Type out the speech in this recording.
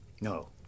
No